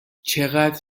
چقدر